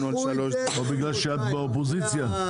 או בגלל שאת באופוזיציה.